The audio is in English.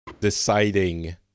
deciding